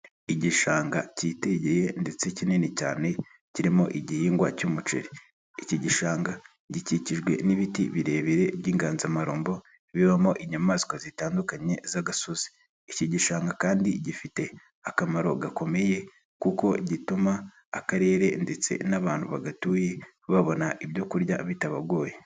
Igishanga cyigeye ndetse kinini cyane kirimo igihingwa cy'umuceri, iki gishanga gikikijwe n'ibiti birebire by'inganzamarumbo bibamo inyamaswa zitandukanye z'agasozi, iki gishanga kandi gifite akamaro gakomeye kuko gituma akarere ndetse n'abantu badatuye babona ibyokurya bitabagoye.